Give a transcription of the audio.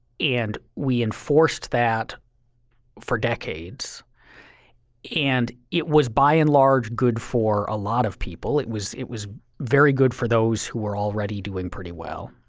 and we enforced that for decades and it was by and large good for a lot of people. it was it was very good for those who were already doing pretty well